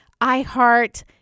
iHeart